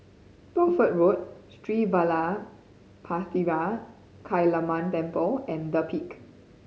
Bedford Road Sri Vadapathira Kaliamman Temple and The Peak